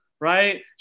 Right